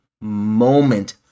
moment